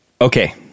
Okay